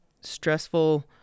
stressful